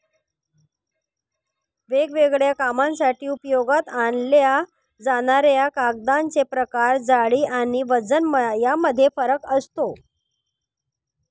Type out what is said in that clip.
वेगवेगळ्या कामांसाठी उपयोगात आणल्या जाणाऱ्या कागदांचे प्रकार, जाडी आणि वजन यामध्ये फरक असतो